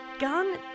gun